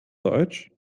deutsch